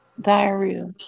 diarrhea